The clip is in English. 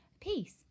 Peace